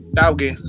doggy